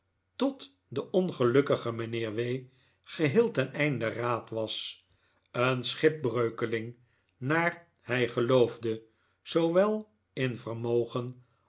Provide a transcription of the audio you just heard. tot de ongelilkkige mijnheer w geheel ten einde raad was een schip breukeling naar hij geloofde zoowel in vermogen